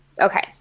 okay